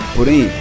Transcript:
Porém